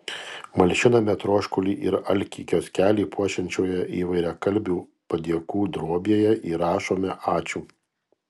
malšiname troškulį ir alkį kioskelį puošiančioje įvairiakalbių padėkų drobėje įrašome ačiū